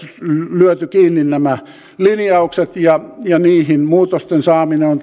lyöty kiinni nämä linjaukset ja ja niihin muutosten saaminen on